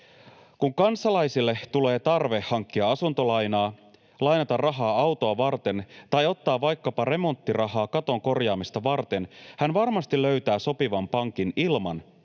Kun kansalaiselle tulee tarve hankkia asuntolainaa, lainata rahaa autoa varten tai ottaa vaikkapa remonttirahaa katon korjaamista varten, hän varmasti löytää sopivan pankin ilman,